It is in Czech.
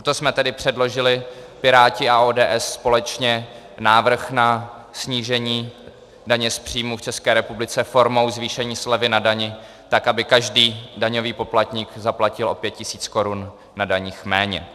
Proto jsme tedy předložili, Piráti a ODS společně, návrh na snížení daně z příjmu v České republice formou zvýšení slevy na dani tak, aby každý daňový poplatník zaplatil o 5 tisíc korun na daních méně.